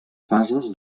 fases